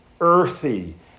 earthy